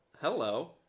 Hello